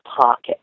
pocket